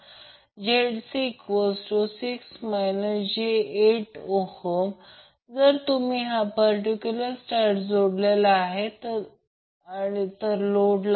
या प्रकरणात मला झूम थोडे कमी करू दे